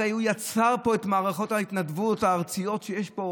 הרי הוא יצר פה את מערכות ההתנדבות הארציות שיש פה,